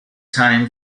time